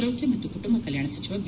ಆರೋಗ್ಯ ಮತ್ತು ಕುಟುಂಬ ಕಲ್ಯಾಣ ಸಚಿವ ಬಿ